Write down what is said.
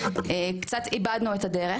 קצת איבדנו את הדרך.